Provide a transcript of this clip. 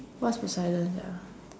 what's poseidon